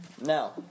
Now